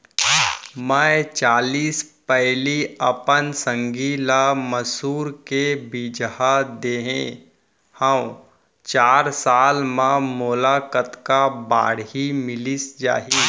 मैं चालीस पैली अपन संगी ल मसूर के बीजहा दे हव चार साल म मोला कतका बाड़ही मिलिस जाही?